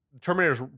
Terminator's